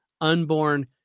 unborn